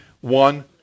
one